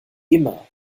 immer